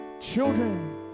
children